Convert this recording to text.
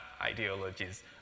ideologies